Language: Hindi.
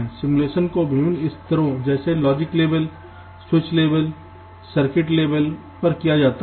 सिमुलेशन को विभिन्न स्तरों जैसे लॉजिक लेवल स्विच लेवल या सर्किट लेवल पर किया जा सकता है